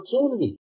opportunity